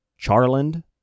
Charland